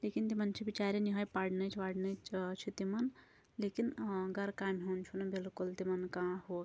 لیکن تِمن چھِ بِچاریٚن یِہٲے پرنٕچۍ ورنٕچۍ ٲں چھِ تِمن لیکن ٲں گھرٕ کامہِ ہُنٛد چھُکھ نہٕ بالکل تِمن کانٛہہ ہُو